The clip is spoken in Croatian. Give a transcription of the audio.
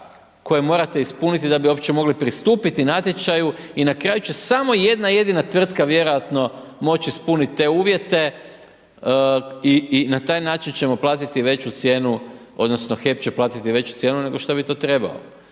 koje morate ispuniti da bi uopće mogli pristupit natječaju i na kraju će samo jedna jedina tvrtka vjerojatno moći ispuniti te uvijete i na taj način ćemo platiti veću cijenu odnosno HEP će platiti veću cijenu nego što bi to trebao.